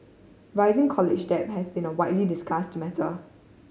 rising college debt has been a widely discussed matter